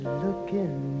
looking